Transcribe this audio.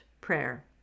prayer